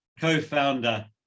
co-founder